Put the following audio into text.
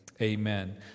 amen